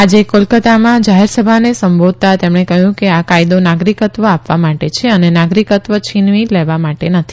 આજે કોલકત્તામાં જાહેરસભાને સંબોધતા તેમણે કહયું કે આ કાયદો નાગરીકત્વ આપ્ વા માટે છે અને નાગરીકત્વ છીનવી લેવા માટે નથી